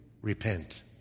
repent